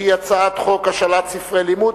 שהיא הצעת חוק השאלת ספרי לימוד,